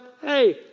hey